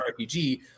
RPG